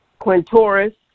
Quintoris